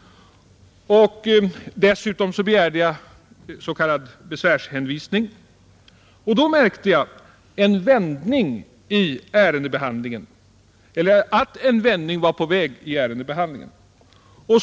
— och dessutom begärde jag s.k. besvärshänvisning. Och då märkte jag att en vändning var på gång i ärendebehandlingen.